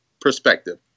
perspective